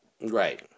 Right